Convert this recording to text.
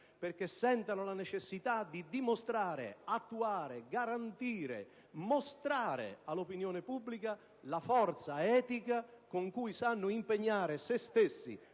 ed avvertano la necessità di dimostrare, attuare, garantire e mostrare all'opinione pubblica la forza etica con cui sanno impegnare se stesse,